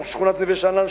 שכונת נווה-שאנן,